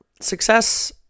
success